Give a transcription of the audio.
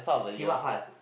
he what class